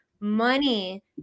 money